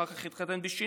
אחר כך התחתן בשנית,